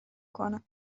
کنم